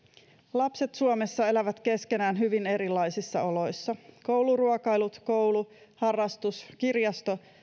lapset elävät keskenään hyvin erilaisissa oloissa kouluruokailut koulu harrastus ja kirjasto